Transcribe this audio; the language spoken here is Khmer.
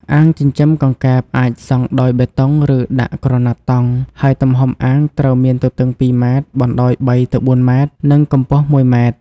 អាងចិញ្ចឹមកង្កែបអាចសង់ដោយបេតុង ឬដាក់ក្រណាត់តង់ ហើយទំហំអាងត្រូវមានទទឹង ២ ម៉ែត្រ បណ្ដោយ ៣ ទៅ ៤ ម៉ែត្រ និងកម្ពស់ ១ ម៉ែត្រ។